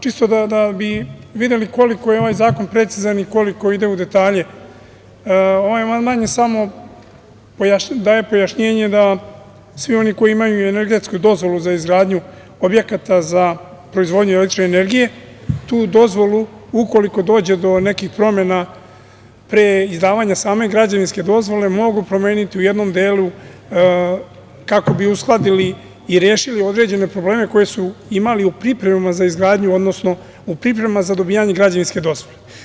Čisto da bi videli koliko je ovaj zakon precizan i koliko ide u detalje, ovaj amandman daje samo pojašnjenje da svi oni koji imaju energetsku dozvolu za izgradnju objekata za proizvodnju električne energije, tu dozvolu, ukoliko dođe do nekih promena pre izdavanja same građevinske dozvole, mogu promeniti u jednom delu, kako bi uskladili i rešili određene probleme koje su imali u pripremama za izgradnju, odnosno u pripremama za dobijanje građevinske dozvole.